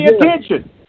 attention